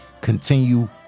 Continue